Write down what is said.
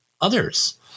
others